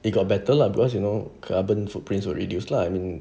they are better lah because you know carbon footprints were reduced lah I mean